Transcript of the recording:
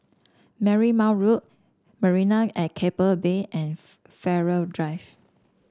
Marymount Road Marina at Keppel Bay and Farrer Drive